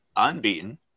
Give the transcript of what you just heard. Unbeaten